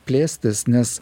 plėstis nes